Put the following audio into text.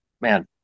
man